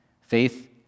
faith